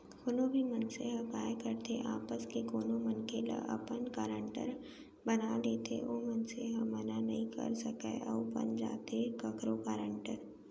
कोनो भी मनसे ह काय करथे आपस के कोनो मनखे ल अपन गारेंटर बना लेथे ओ मनसे ह मना नइ कर सकय अउ बन जाथे कखरो गारेंटर